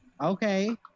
okay